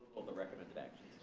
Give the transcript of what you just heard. all the recommended and